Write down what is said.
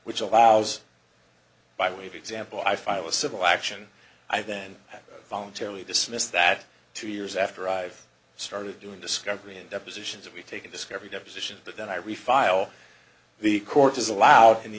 which allows by way of example i filed a civil action i then voluntarily dismissed that two years after i started doing discovery and depositions we take a discovery deposition but then i refile the court is allowed in the